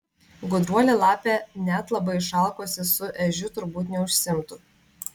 gudruolė lapė net labai išalkusi su ežiu turbūt neužsiimtų